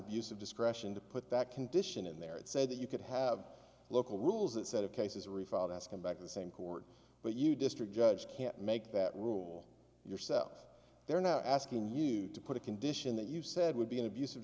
of discretion to put that condition in there and said that you could have local rules that set of cases refile that's come back to the same court but you district judge can't make that rule yourself they're not asking you to put a condition that you said would be an abus